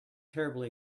terribly